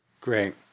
Great